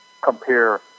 compare